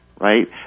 right